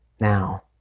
Now